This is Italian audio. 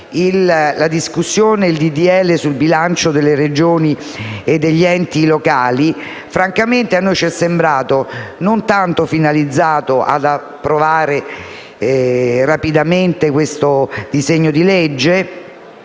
alla modifica dei bilanci delle Regioni e degli enti locali, francamente a noi è sembrato non tanto finalizzato ad approvare rapidamente questo disegno di legge,